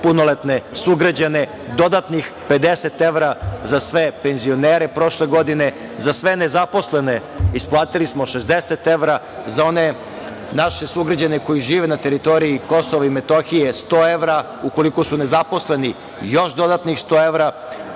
punoletne sugrađane, dodatnih 50 evra za sve penzionere prošle godine, za sve nezaposlene isplatili smo 60 evra, za one naše sugrađane koji žive na teritoriji Kosova i Metohije 100 evra, ukoliko su nezaposleni još dodatnih 100 evra,